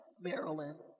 maryland